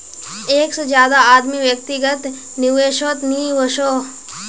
एक से ज्यादा आदमी व्यक्तिगत निवेसोत नि वोसोह